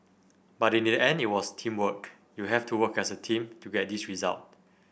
but in the end it was teamwork you have to work as a team to get this result